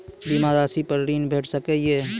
बीमा रासि पर ॠण भेट सकै ये?